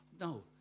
no